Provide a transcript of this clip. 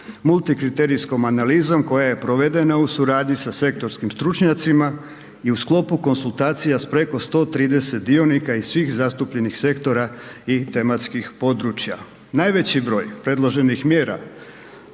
multikriterijskom analizom koja je provedena u suradnji sa sektorskim stručnjacima i u sklopu konzultacija s preko 130 dionika i svih zastupljenih sektora i tematskih područja. Najveći broj predloženih mjera